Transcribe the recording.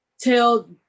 tell